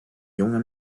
jonge